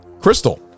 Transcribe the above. Crystal